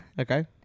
Okay